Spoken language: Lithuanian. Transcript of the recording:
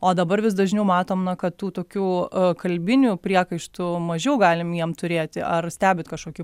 o dabar vis dažniau matom na kad tų tokių kalbinių priekaištų mažiau galim jiem turėti ar stebit kažkokių